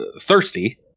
thirsty